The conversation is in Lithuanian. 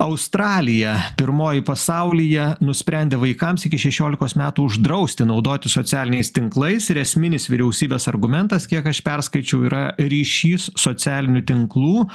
australija pirmoji pasaulyje nusprendė vaikams iki šešiolikos metų uždrausti naudotis socialiniais tinklais ir esminis vyriausybės argumentas kiek aš perskaičiau yra ryšys socialinių tinklų